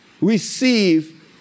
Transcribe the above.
receive